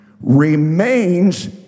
remains